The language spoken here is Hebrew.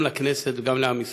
גם לכנסת וגם לעם ישראל.